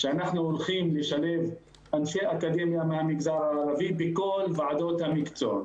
שאנחנו הולכים לשלב אנשי אקדמיה מהמגזר הערבי בכל ועדות המקצוע.